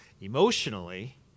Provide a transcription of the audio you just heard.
Emotionally